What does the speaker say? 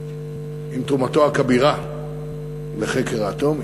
עם תרומתו הכבירה לחקר האטום,